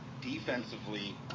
defensively